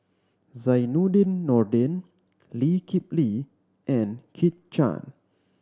Zainudin Nordin Lee Kip Lee and Kit Chan